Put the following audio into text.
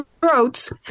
throats